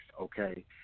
Okay